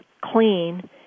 clean